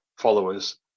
followers